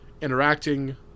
interacting